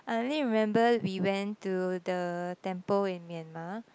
I only remember we went to the temple in Myanmar